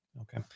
Okay